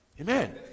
Amen